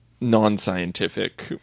non-scientific